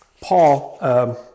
Paul